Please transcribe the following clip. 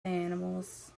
animals